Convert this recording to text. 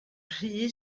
rhy